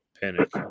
Panic